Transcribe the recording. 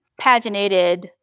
paginated